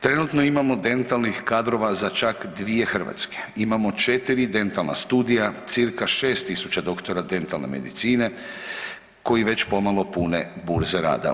Trenutno imamo dentalnih kadrova za čak dvije Hrvatske, imamo 4 dentalna studija cca 6.000 doktora dentalne medicine koji već pomalo pune burze rada.